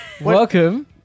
Welcome